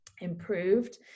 improved